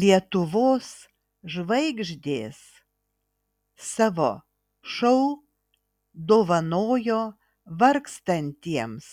lietuvos žvaigždės savo šou dovanojo vargstantiems